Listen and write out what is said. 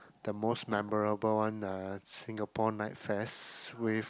the most memorable one uh Singapore night fest with